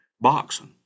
boxing